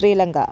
Sri Lanka